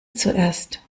zuerst